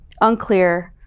unclear